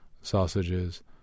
sausages